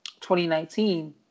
2019